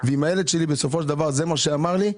ואם הילד שלי בסופו של דבר זה מה שאמר לי,